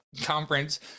conference